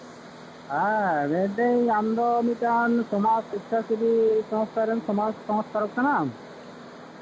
ᱦᱮᱸ ᱞᱟᱹᱭ ᱫᱟᱹᱧ ᱟᱢ ᱫᱚ ᱢᱤᱫᱴᱟᱱ ᱥᱚᱢᱟᱡ ᱥᱮᱪᱪᱷᱟ ᱥᱮᱵᱤ ᱥᱚᱝᱥᱛᱷᱟ ᱨᱮᱱ ᱥᱚᱢᱟᱡ ᱥᱚᱝᱥᱠᱟᱨᱚᱠ ᱠᱟᱱᱟᱢ